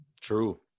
true